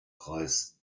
preis